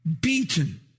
beaten